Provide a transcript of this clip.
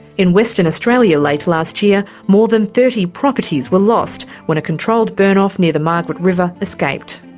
in western australia late last year, more than thirty properties were lost when a controlled burn off near the margaret river escaped.